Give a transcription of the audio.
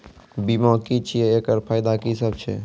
बीमा की छियै? एकरऽ फायदा की सब छै?